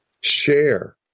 share